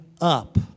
up